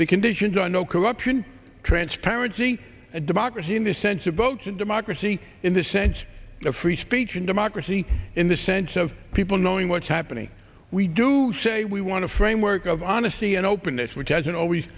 the conditions are no corruption transparency and democracy in the sensible to democracy in the sense of free speech and democracy in the sense of people knowing what's happening we do say we want to framework of honesty and openness which hasn't always